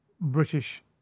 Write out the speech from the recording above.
British